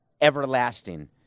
everlasting